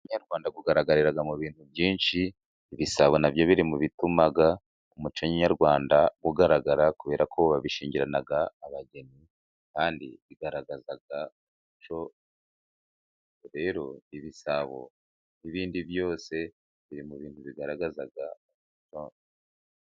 Umuco nyarwanda ugaragarira, mu bintu byinshi, ibisabo nabyo biri mu bituma umuco nyarwanda ugaragara kubera ko bishingirana abageni, kandi bigaragaza umuco. Rero ibisabo n'ibindi byose biri mu bintu biwugaragaza.